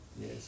Yes